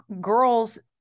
girls